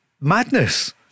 Madness